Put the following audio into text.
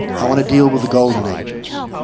i want to deal with the golden ages.